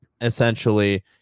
essentially